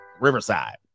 Riverside